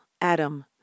Adam